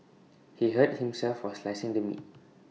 he hurt himself while slicing the meat